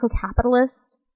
capitalist